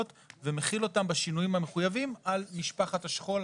ומחיל אותם בשינויים המחויבים על משפחת השכול,